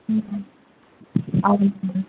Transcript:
ம் ம்